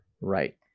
Right